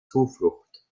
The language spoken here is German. zuflucht